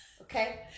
Okay